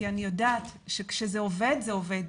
כי אני יודע שכשזה עובד-זה עובד.